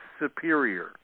superior